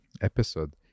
episode